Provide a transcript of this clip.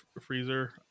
freezer